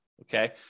Okay